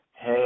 Hey